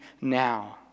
now